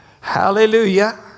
hallelujah